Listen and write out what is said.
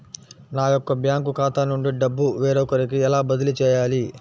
నా యొక్క బ్యాంకు ఖాతా నుండి డబ్బు వేరొకరికి ఎలా బదిలీ చేయాలి?